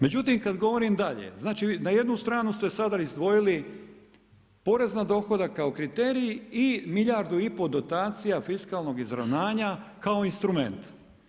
Međutim, kad govorim dalje, znači na jednu stranu ste sada izdvojili porez na dohodak kao kriterij i milijardu i pol dotacija, fiskalnog izravnanja kao instrument.